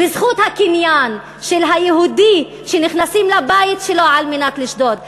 בזכות הקניין של היהודי שנכנסים לבית שלו כדי לשדוד.